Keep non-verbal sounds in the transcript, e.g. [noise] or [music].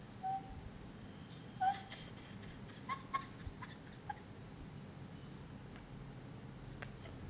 [laughs]